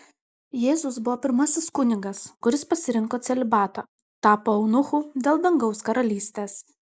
jėzus buvo pirmasis kunigas kuris pasirinko celibatą tapo eunuchu dėl dangaus karalystės